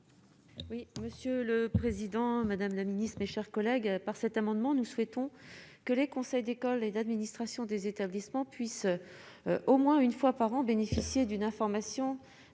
Oui, monsieur le Président, Madame la Ministre, mes chers collègues par cet amendement, nous souhaitons que les conseils d'école et d'administration des établissements puissent au moins une fois par an, bénéficier d'une information